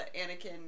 Anakin